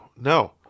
no